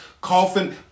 coughing